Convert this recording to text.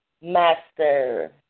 master